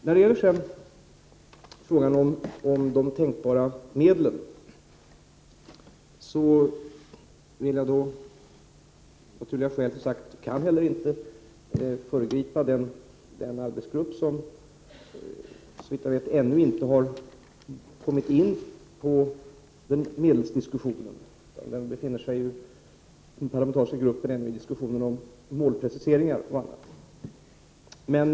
När det gäller frågan om de tänkbara medlen vill jag av naturliga skäl inte föregripa — och kan det inte heller — den arbetsgrupp som så vitt jag vet ännu inte har kommit in på medelsdiskussionen. Den parlamentariska gruppen befinner sig ännu i diskussionen om målpreciseringar och annat.